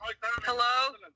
Hello